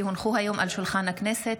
כי הונחו היום על שולחן הכנסת,